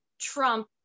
Trump